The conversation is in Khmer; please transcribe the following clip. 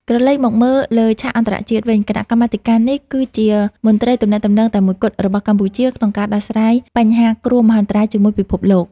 ក្រឡេកមកមើលលើឆាកអន្តរជាតិវិញ គណៈកម្មាធិការនេះគឺជាមន្ត្រីទំនាក់ទំនងតែមួយគត់របស់កម្ពុជា ក្នុងការដោះស្រាយបញ្ហាគ្រោះមហន្តរាយជាមួយពិភពលោក។